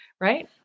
right